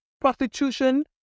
prostitution